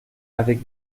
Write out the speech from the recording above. avec